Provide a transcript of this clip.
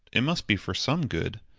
it must be for some good,